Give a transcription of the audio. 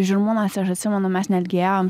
žirmūnuose aš atsimenu mes netgi ėjom